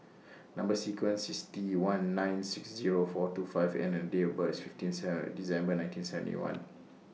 Number sequence IS T one nine six Zero four two five N and The Date of birth IS fifteen Third December nineteen seventy one